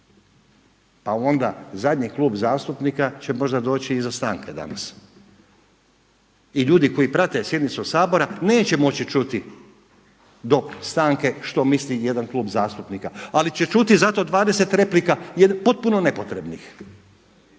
A onda zadnji klub zastupnika će možda doći iza stanke danas i ljudi koji prate sjednicu Sabora neće moći čuti do stanke što misli jedan klub zastupnika, ali će čuti zato 20 replika potpuno nepotrebnih